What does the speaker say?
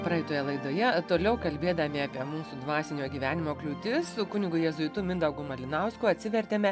praeitoje laidoje toliau kalbėdami apie mūsų dvasinio gyvenimo kliūtis su kunigu jėzuitu mindaugu malinausku atsivertėme